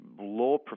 law